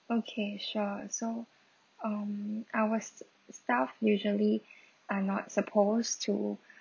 okay sure so um our s~ staff usually are not supposed to